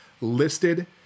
listed